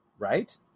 Right